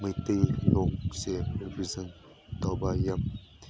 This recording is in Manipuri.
ꯃꯩꯇꯩꯂꯣꯟꯁꯦ ꯔꯤꯕꯤꯖꯟ ꯇꯧꯕ ꯌꯥꯝ